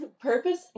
purpose